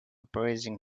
praising